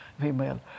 female